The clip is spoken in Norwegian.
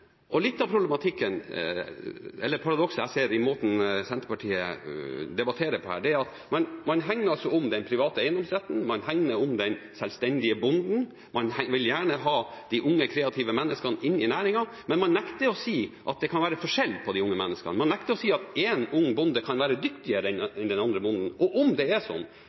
jeg ser i måten Senterpartiet debatterer på her, er at man altså hegner om den private eiendomsretten, man hegner om den selvstendige bonden, man vil gjerne ha de unge, kreative menneskene inn i næringen, men man nekter å si at det kan være forskjell på de unge menneskene. Man nekter å si at én ung bonde kan være dyktigere enn den andre bonden – og om det er sånn,